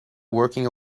working